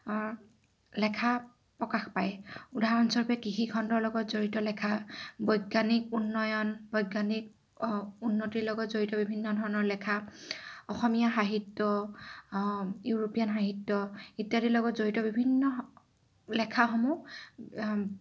লেখা প্ৰকাশ পায় উদাহৰণস্বৰূপে কৃষিখণ্ডৰ লগত জড়িত লেখা বৈজ্ঞানিক উন্নয়ন বৈজ্ঞানিক উন্নতিৰ লগত জড়িত বিভিন্ন ধৰণৰ লেখা অসমীয়া সাহিত্য ইউৰোপীয়ান সাহিত্য ইত্যাদিৰ লগত জড়িত বিভিন্ন লেখাসমূহ